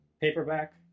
paperback